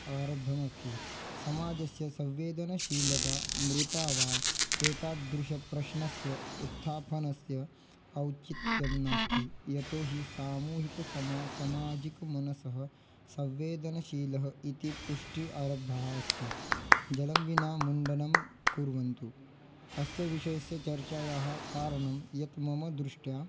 आरब्धमस्ति समाजस्य संवेदनशीलता मृता वा एतादृशस्य प्रश्नस्य उत्थापनस्य औचित्यं नास्ति यतो हि सामूहिकः समा समाजिकः मनसः संवेदनशीलः इति पुष्टिः आरब्धा अस्ति जलं विना मुण्डनं कुर्वन्तु अस्य विषयस्य चर्चायाः कारणं यत् मम दृष्ट्या